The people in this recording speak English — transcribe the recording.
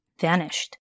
vanished